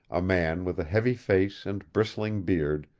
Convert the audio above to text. a man with a heavy face and bristling beard,